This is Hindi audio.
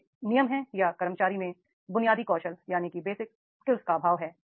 ये नियम हैं या कर्मचारी बेसिक स्किल्स का अभाव है